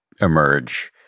emerge